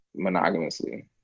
monogamously